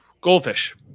Goldfish